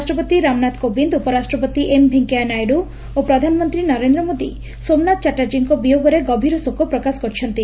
ରାଷ୍ଟପତି ରାମନାଥ କୋବିନ୍ଦ୍ ଉପରାଷ୍ଟ୍ରପତି ଏମ୍ ଭେଙ୍କିୟା ନାଇଡୁ ଓ ପ୍ରଧାନମନ୍ତୀ ନରେନ୍ଦ୍ର ମୋଦି ସୋମାନାଥ ଚାଟ୍ଟାର୍ଜୀଙ୍କ ବିୟୋଗରେ ଗଭୀର ଶୋକ ପ୍ରକାଶ କରିଛନ୍ତି